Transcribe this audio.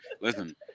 Listen